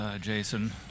Jason